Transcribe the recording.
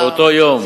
באותו יום.